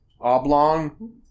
oblong